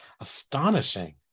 astonishing